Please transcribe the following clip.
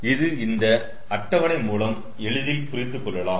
இது இந்த அட்டவணை மூலம் எளிதில் புரிந்து கொள்ளலாம்